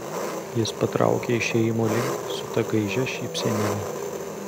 jis patraukė išėjimo link su ta gaižia šypsenėle